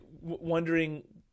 wondering